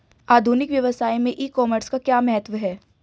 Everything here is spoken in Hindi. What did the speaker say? आधुनिक व्यवसाय में ई कॉमर्स का क्या महत्व है?